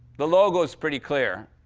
the logo is pretty clear.